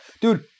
Dude